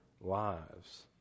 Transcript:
lives